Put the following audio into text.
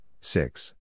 six